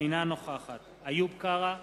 אינה נוכחת איוב קרא,